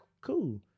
cool